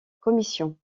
commission